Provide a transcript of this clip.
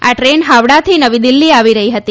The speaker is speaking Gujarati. આ ટ્રેન હાવડાથી નવી દિલ્હી આવી રહી હતી